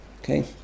Okay